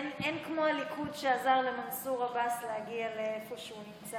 אין כמו הליכוד שעזר למנסור עבאס להגיע לאיפה שהוא נמצא היום.